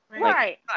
Right